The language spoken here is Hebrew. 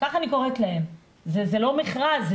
זה לא מכרז.